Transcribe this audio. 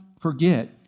forget